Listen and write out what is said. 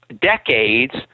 decades